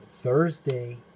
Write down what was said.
Thursday